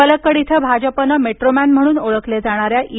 पलक्कड इथं भाजपनं मेट्रोमॅन म्हणून ओळखले जाणाऱ्या ई